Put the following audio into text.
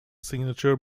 signature